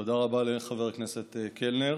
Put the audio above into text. תודה רבה לחבר הכנסת קלנר.